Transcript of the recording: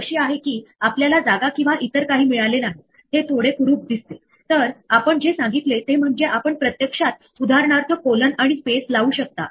अर्थात आपल्याकडे अवैध सिंटॅक्स असल्यास प्रोग्राम रन होणार नाही आणि आपण याबाबतीत जास्त काही करू शकत नाही